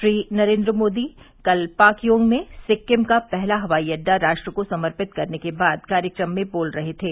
श्री नरेन्द्र मोदी कल पाकयोंग में सिक्किम का पहला हवई अड्डा राष्ट्र को समर्पित करने के बाद कार्यक्रम में बोल रहे थे